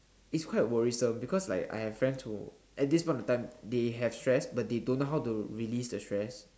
it's quite worrisome because like I have friends who at this point of time they have stress but they don't know how to release the stress